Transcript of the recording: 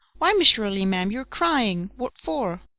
why, miss shirley, ma'am, you're crying! what for?